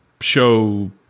show